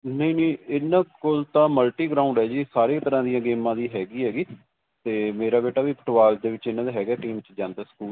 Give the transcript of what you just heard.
ਨਹੀਂ ਨਹੀਂ ਇਹਨਾਂ ਕੋਲ ਤਾਂ ਮਲਟੀਗ੍ਰਾਊਂਡ ਹੈ ਜੀ ਸਾਰੇ ਤਰ੍ਹਾਂ ਦੀਆਂ ਗੇਮਾਂ ਦੀ ਹੈਗੀ ਹੈਗੀ ਅਤੇ ਮੇਰਾ ਬੇਟਾ ਵੀ ਫੁੱਟਬਾਲ ਦੇ ਵਿੱਚ ਇਹਨਾਂ ਦੇ ਹੈਗੇ ਟੀਮ 'ਚ ਜਾਂਦਾ ਸਕੂਲ ਵੱਲ ਤੋਂ